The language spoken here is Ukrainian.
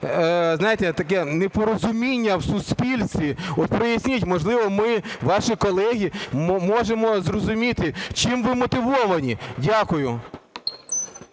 знаєте, таке непорозуміння в суспільстві. Проясніть, можливо, ми, ваші колеги, можемо зрозуміти, чим ви мотивовані. Дякую.